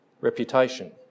Reputation